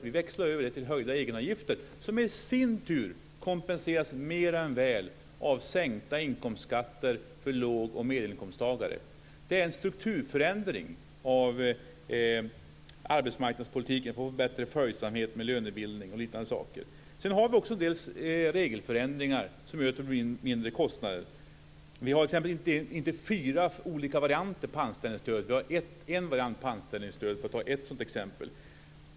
Vi växlar över det till höjda egenavgifter, som i sin tur kompenseras mer än väl av sänkta inkomstskatter för låg och medelinkomsttagare. Det är en strukturförändring av arbetsmarknadspolitiken för att få bättre följsamhet till lönebildning och liknande. Sedan har vi också regelförändringar som möter mindre kostnader. Vi har t.ex. inte fyra olika varianter av anställningsstöd. Vi har en variant av anställningsstöd, för att ta ett exempel.